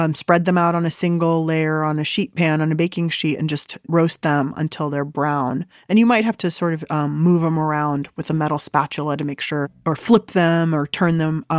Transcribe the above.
um spread them out on a single layer on a sheet pan on a baking sheet and just roast them until they're brown. and you might have to sort of move them around with a metal spatula to make sure. or flip them or turn them,